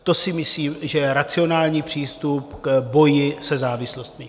To si myslím, že je racionální přístup k boji se závislostmi.